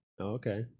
Okay